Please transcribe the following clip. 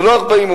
ולא 40,000,